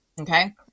okay